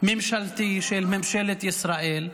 הממשלתי של ממשלת ישראל,